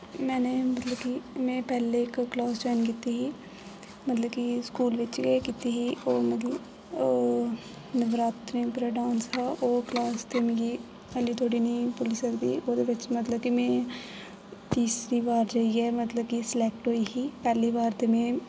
मैने मतलब कि में पैह्ले इक क्लास जोइन कीती ही मतलब कि स्कूलै च गै कीती ही ओह् मतलब ओह् नवरात्रें उप्पर डान्स हा ओह् क्लास ते मिगी अल्ली धोड़ी नि भुल्ली सकदी ओह्दे बिच्च मतलब कि में तीसरी बार जाइयै मतलब कि सेलेक्ट होई ही पैह्ली बार ते में